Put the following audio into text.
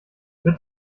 wird